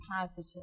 Positive